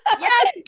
Yes